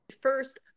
first